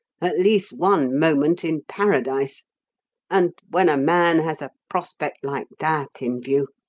at least one moment in paradise and when a man has a prospect like that in view.